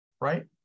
right